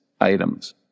items